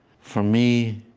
for me,